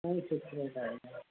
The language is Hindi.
मैम फ़िक्स रेट आएगा